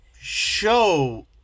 show